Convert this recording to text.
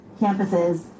campuses